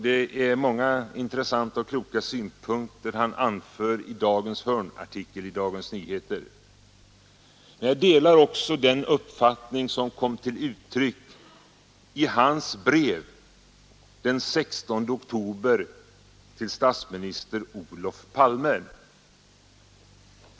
Det är många intressanta och kloka synpunkter han anför i dagens hörnartikel i Dagens Nyheter. Jag delar också den uppfattning som kom till uttryck i hans brev den 16 oktober till statsminister Olof Palme.